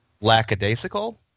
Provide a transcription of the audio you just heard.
lackadaisical